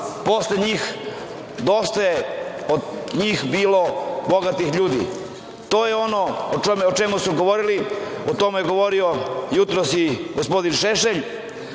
posle njih dosta je od njih bilo bogatih ljudi. To je ono o čemu su govorili, o tome je govorio jutros i gospodin Šešelj,